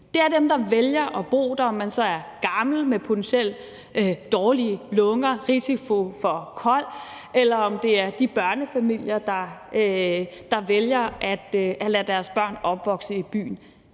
til dem, der vælger at bo der – om man så er gammel med potentielt dårlige lunger og risiko for KOL, eller om det er børnefamilier, der vælger at lade deres børn vokse op i byen.